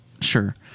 sure